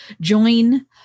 join